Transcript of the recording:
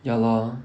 ya lor